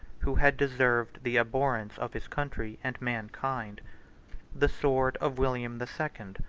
who had deserved the abhorrence of his country and mankind the sword of william the second,